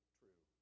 true